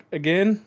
again